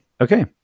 okay